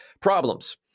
Problems